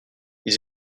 ils